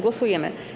Głosujemy.